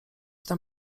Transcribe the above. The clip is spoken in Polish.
tam